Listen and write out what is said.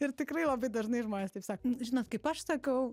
ir tikrai labai dažnai žmonės taip sako žinot kaip aš sakau